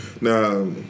Now